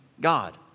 God